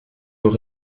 aux